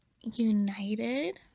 united